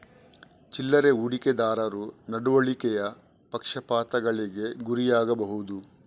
ಚಿಲ್ಲರೆ ಹೂಡಿಕೆದಾರರು ನಡವಳಿಕೆಯ ಪಕ್ಷಪಾತಗಳಿಗೆ ಗುರಿಯಾಗಬಹುದು